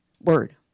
word